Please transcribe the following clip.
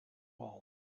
wool